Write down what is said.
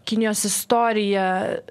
kinijos istorija